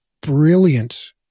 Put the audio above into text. brilliant